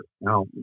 Now